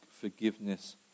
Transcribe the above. forgiveness